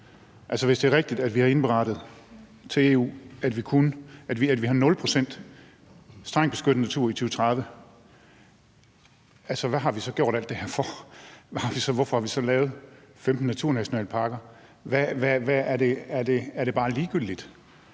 hvis det er rigtigt, at vi har indberettet til EU, at vi har 0 pct. strengt beskyttet natur i 2030, hvad har vi så gjort alt det her for? Hvorfor har vi så lavet 15 naturnationalparker? Er det bare ligegyldigt?